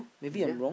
ya